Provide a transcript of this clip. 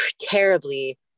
terribly